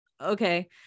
okay